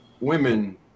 women